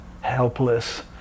helpless